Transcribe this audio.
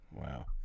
Wow